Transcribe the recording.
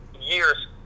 years